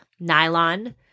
Nylon